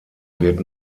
wird